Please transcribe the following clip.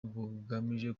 bugamije